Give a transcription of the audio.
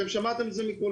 אתם שמעתם את זה מכולם.